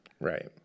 Right